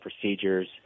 procedures